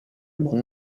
mon